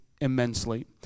immensely